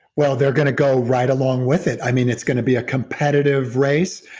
well, they're going to go right along with it. i mean, it's going to be a competitive race.